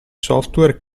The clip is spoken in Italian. software